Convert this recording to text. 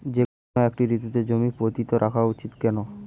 যেকোনো একটি ঋতুতে জমি পতিত রাখা উচিৎ কেন?